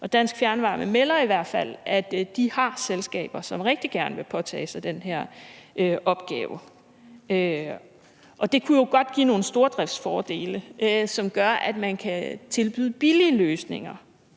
Dansk Fjernvarme melder i hvert fald, at de har selskaber, som rigtig gerne vil påtage sig den her opgave, og det kunne jo godt give nogle stordriftsfordele, som gør, at man kan tilbyde billige løsninger,